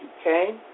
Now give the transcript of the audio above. okay